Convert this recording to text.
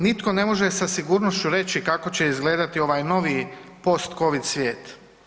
Nitko ne može sa sigurnošću reći kako će izgledati ovaj novi post-Covid svijet.